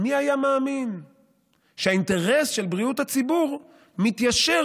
מי היה מאמין שהאינטרס של בריאות הציבור מתיישר